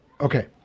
Okay